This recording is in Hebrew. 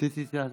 רציתי את זה.